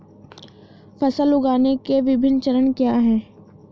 फसल उगाने के विभिन्न चरण क्या हैं?